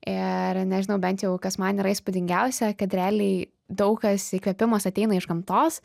ir nežinau bent jau kas man yra įspūdingiausia kad realiai daug kas įkvėpimas ateina iš gamtos